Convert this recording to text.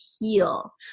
heal